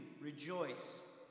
rejoice